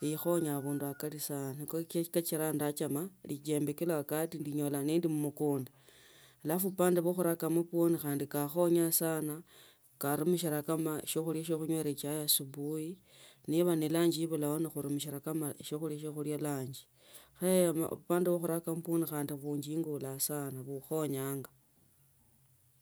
likhonya abundu akali sana niko kashira nachama ujembe kila wakati ndinyola ni ndi mumukanda alafu upandu bwa khuraka amapwonj khandi kakhenya sana karumishila kama shiokhulia shia khunywela echai asubuhi niba nilunchi. Ibura nemishila kama shiokhulia shia khulia lunch. Khe upande wa khuraka amapwonj khandi kanjingula sana ikhonyanga.